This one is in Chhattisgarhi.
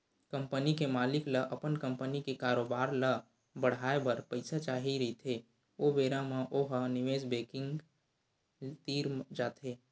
कंपनी के मालिक ल अपन कंपनी के कारोबार ल बड़हाए बर पइसा चाही रहिथे ओ बेरा म ओ ह निवेस बेंकिग तीर जाथे